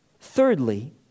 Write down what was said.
Thirdly